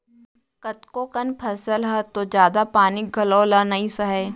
कतको कन फसल ह तो जादा पानी घलौ ल नइ सहय